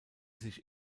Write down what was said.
sich